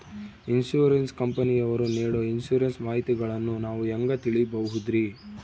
Insurance ಕಂಪನಿಯವರು ನೇಡೊ insurance ಮಾಹಿತಿಗಳನ್ನು ನಾವು ಹೆಂಗ ತಿಳಿಬಹುದ್ರಿ?